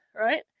right